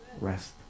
rest